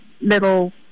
little